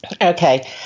Okay